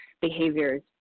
behaviors